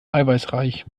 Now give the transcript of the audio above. eiweißreich